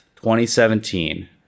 2017